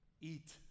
eat